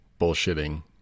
bullshitting